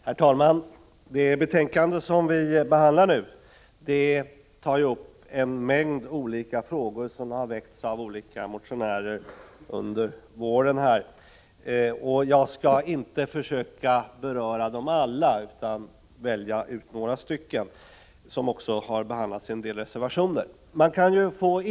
Herr talman! Det betänkande som vi nu behandlar tar upp en mängd olika frågor som har väckts av olika motionärer under våren. Jag skall inte försöka beröra dem alla utan väljer ut några stycken som också har behandlats i en del reservationer.